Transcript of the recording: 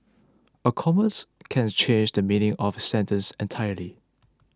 a commas can change the meaning of a sentence entirely